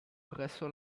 presso